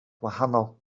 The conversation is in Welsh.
wahanol